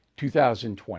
2020